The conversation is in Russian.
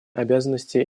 обязанности